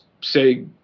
say